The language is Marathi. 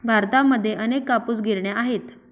भारतामध्ये अनेक कापूस गिरण्या आहेत